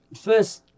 first